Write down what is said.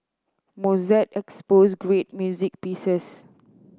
Mozart exposed great music pieces